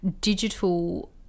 digital